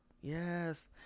Yes